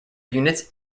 units